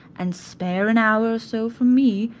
and spare an hour or so for me,